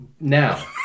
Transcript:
Now